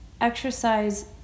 exercise